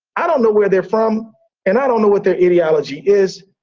i don't know where they're from and i don't know what their ideology is,